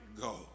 go